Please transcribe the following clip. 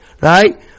right